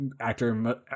actor